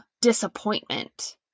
disappointment